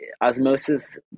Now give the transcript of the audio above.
Osmosis